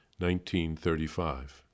1935